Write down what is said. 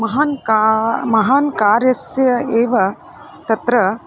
महान् का महान् कार्यस्य एव तत्र